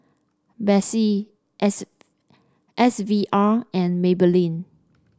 Betsy S S V R and Maybelline